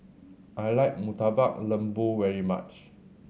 I like Murtabak Lembu very much